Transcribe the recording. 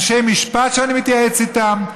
אנשי משפט שאני מתייעץ איתם,